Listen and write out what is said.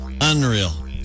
Unreal